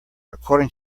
according